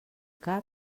cap